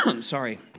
Sorry